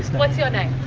what's your name?